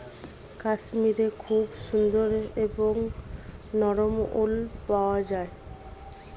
কাশ্মীরে খুবই সুন্দর এবং নরম উল পাওয়া যায়